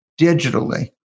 digitally